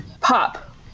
Pop